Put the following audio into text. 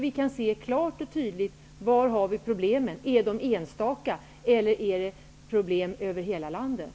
Vi skulle därmed klart och tydligt kunna se var problemen finns och om de är enstaka eller om de gäller för hela landet.